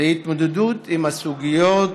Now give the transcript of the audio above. להתמודדות עם הסוגיות